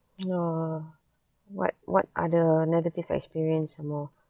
ya what what other negative experience some more